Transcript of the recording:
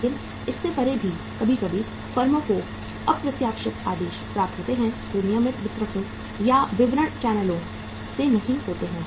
लेकिन इससे परे भी कभी कभी फर्मों को अप्रत्याशित आदेश प्राप्त होते हैं जो नियमित वितरकों या वितरण चैनलों से नहीं होते हैं